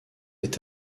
est